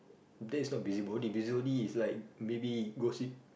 that is not busybody busybody is like maybe go see